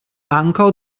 ankaŭ